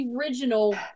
original